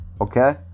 okay